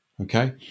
okay